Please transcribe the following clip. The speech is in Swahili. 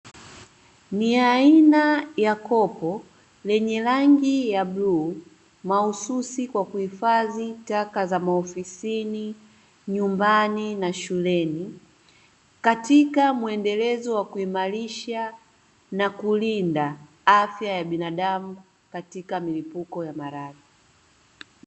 Ni aina ya kopo lenye rangi ya bluu mahususi kwa kuhifadhi taka za maofisini, nyumbani na shuleni. Katika mwendelezo wa kuimarisha na kulinda afya ya binadamu katika milipuko ya maradhi.